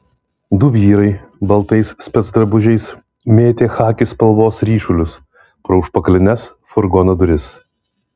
du vyrai baltais specdrabužiais mėtė chaki spalvos ryšulius pro užpakalines furgono duris